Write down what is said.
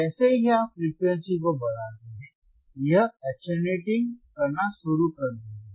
जैसे ही आप फ्रीक्वेंसी को बढ़ाते हैं यह अटेनुएटिंग करना शुरू कर देगा